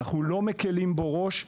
אנחנו לא מקלים בו ראש.